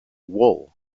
wool